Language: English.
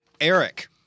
Eric